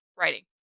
writing